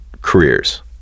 careers